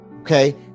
Okay